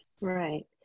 Right